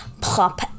Pop